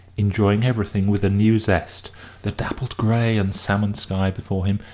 enjoying everything with a new zest the dappled grey and salmon sky before him,